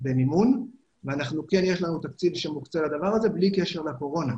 לכן במימון וכן יש לנו תקציב שמוקצה לדבר הזה בלי קשר לקורונה.